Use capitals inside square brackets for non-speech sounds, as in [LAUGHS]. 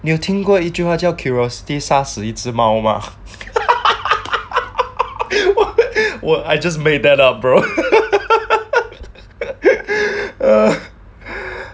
你有听过一句话叫 curiosity 杀死一只猫骂 [LAUGHS] I 我 I just made that up bro [LAUGHS]